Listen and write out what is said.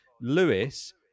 Lewis